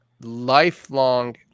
lifelong